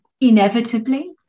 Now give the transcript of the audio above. inevitably